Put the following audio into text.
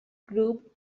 grouped